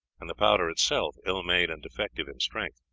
and the powder itself ill-made and defective in strength.